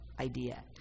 idea